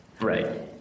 Right